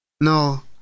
no